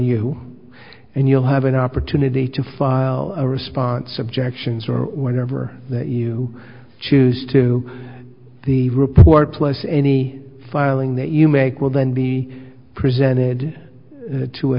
you and you'll have an opportunity to file a response objections or whatever you choose to the report plus any filing that you make will then be presented to